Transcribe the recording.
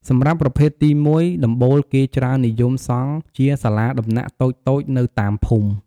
សម្រាប់ប្រភេទទី១ ដំបូលគេច្រើននិយមសង់ជាសាលាដំណាក់តូចៗនៅតាមភូមិ ។